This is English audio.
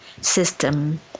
system